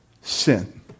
sin